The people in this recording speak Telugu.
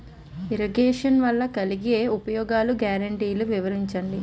ఇరగేషన్ వలన కలిగే ఉపయోగాలు గ్యారంటీ వివరించండి?